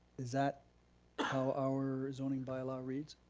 is that how our zoning bylaw reads?